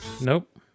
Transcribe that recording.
nope